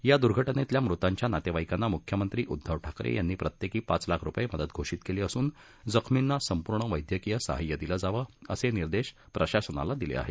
या दुर्घटनेतल्या मृतांच्या नातेवाईकांना मुख्यमंत्री उध्दव ठाकरे यांनी प्रत्येकी पाच लाख रुपये मदत घोषित केली असून जखमींना संपूर्ण वैद्यकीय साहाय्य दिलं जावं असे निर्देश प्रशासनाला दिले आहेत